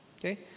okay